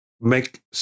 make